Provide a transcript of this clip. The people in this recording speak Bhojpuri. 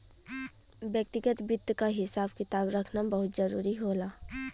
व्यक्तिगत वित्त क हिसाब किताब रखना बहुत जरूरी होला